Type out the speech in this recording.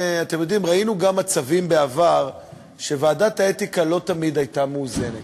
ראינו מצבים בעבר שוועדת האתיקה לא תמיד הייתה מאוזנת,